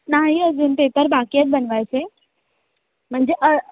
नाही अजून ते तर बाकी आहेत बनवायचे म्हणजे अ